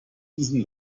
diesen